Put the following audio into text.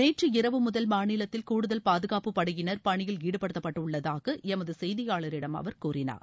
நேற்று இரவு முதல் கூடுதல் பாதுகாப்புப் படையினர் பணியில் ஈடுபடுத்தப்பட்டுள்ளதாக எமது செய்தியாளரிடம் அவர் கூறினார்